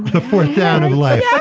the fourth down in life yeah